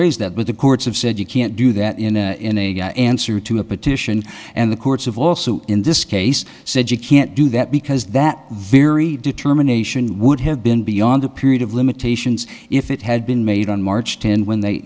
raise that with the courts have said you can't do that in a guy answer to a petition and the courts have also in this case said you can't do that because that very determination would have been beyond a period of limitations if it had been made on march tenth when they